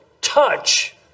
touch